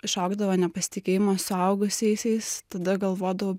išaugdavo nepasitikėjimas suaugusiaisiais tada galvodavau